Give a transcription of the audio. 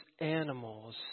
animals